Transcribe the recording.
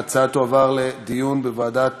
ההצעה תועבר לדיון בוועדת